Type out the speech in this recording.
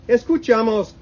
Escuchamos